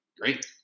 Great